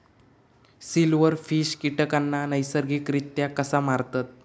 Silverfish कीटकांना नैसर्गिकरित्या कसा मारतत?